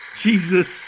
Jesus